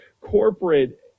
corporate